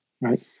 right